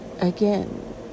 Again